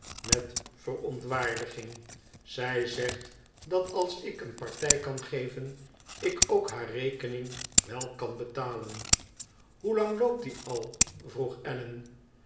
met verontwaardiging zij zegt dat als ik een partij kan geven ik ook haar rekening wel kan betalen hoelang loopt die al vroeg allen